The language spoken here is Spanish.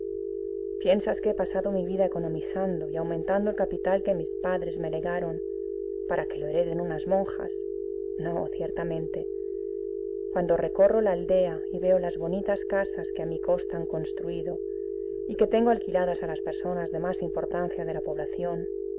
piensas que he pasado mi vida economizando y aumentando el capital que mis padres me legaron para que lo hereden unas monjas no ciertamente cuando recorro la aldea y veo las bonitas casas que a mi costa han construido y que tengo alquiladas a las personas de más importancia de la población